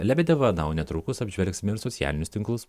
lebedeva na o netrukus apžvelgsim ir socialinius tinklus